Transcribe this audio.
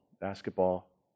basketball